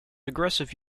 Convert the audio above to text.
aggressive